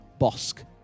Bosk